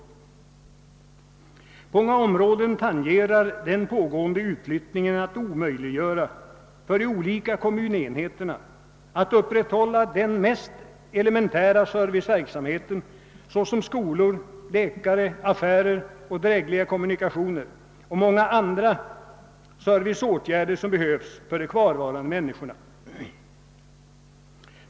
I många områden är den pågående utflyttningen nära att omöjliggöra för de olika kommunenheterna att upprätthålla den mest elementära serviceverksamheten såsom skolor, läkarvård, affärer, drägliga kommunikationer och många andra serviceformer som behövs för de kvarvarande människorna.